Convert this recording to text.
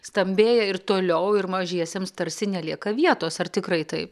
stambėja ir toliau ir mažiesiems tarsi nelieka vietos ar tikrai taip